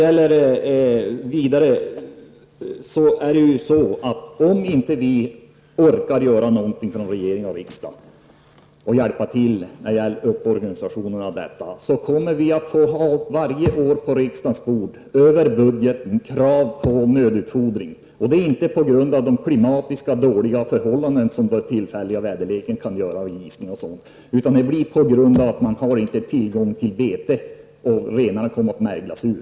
Om inte regering och riksdag orkar hjälpa till med att organisera detta kommer vi att varje år få behandla krav på nödutfordring över budgeten, och det inte på grund av tillfälligt dåliga klimatiska förhållanden -- jag tänker på nedisning och liknande -- utan på grund av att man inte har tillgång till bete och att renarna kommer att märglas ur.